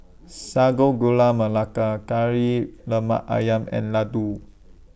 Sago Gula Melaka Kari Lemak Ayam and Laddu